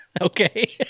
Okay